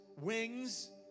wings